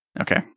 Okay